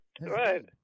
right